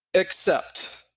except.